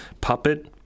puppet